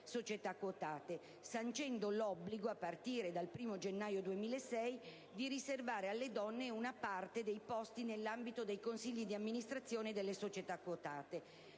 società quotate, sancendo l'obbligo, a partire dal 1° gennaio 2006, di riservare alle donne una parte dei posti nell'ambito dei consigli di amministrazione delle società quotate.